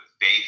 faith